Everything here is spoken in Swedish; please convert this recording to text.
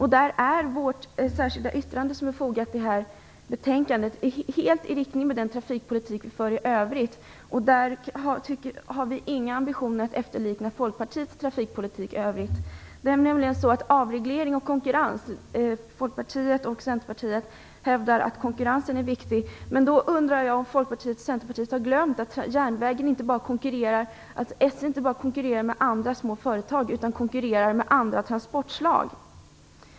Vårt särskilda yttrande som fogats till betänkandet är helt i linje med den trafikpolitik vi för i övrigt. Vi har inga ambitioner att efterlikna Folkpartiet och Centerpartiet hävdar att konkurrensen är viktig. Jag undrar om Folkpartiet och Centerpartiet har glömt att SJ inte bara konkurrerar med andra små företag utan också med andra transportslag.